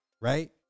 right